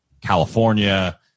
California